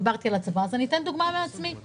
דיברתי על הצבא ואני אתן דוגמה מעצמי.